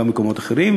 גם במקומות אחרים,